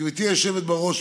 גברתי היושבת-ראש,